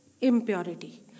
Impurity